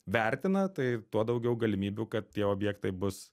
vertina tai tuo daugiau galimybių kad tie objektai bus